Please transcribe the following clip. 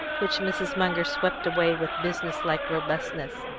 which mrs. munger swept away with business-like robustness.